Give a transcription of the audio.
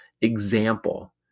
example